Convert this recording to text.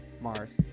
mars